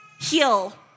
Heal